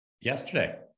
yesterday